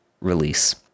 release